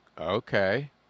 okay